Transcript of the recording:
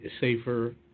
safer